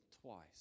twice